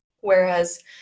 Whereas